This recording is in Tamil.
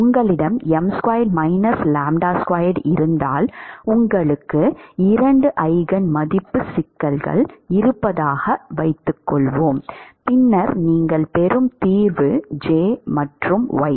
உங்களிடம் இருந்தால் உங்களுக்கு இரண்டு ஈஜென் மதிப்பு சிக்கல்கள் இருப்பதாக வைத்துக்கொள்வோம் பின்னர் நீங்கள் பெறும் தீர்வு J மற்றும் Y